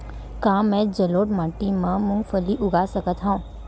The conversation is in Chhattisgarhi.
का मैं जलोढ़ माटी म मूंगफली उगा सकत हंव?